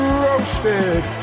roasted